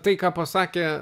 tai ką pasakė